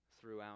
Throughout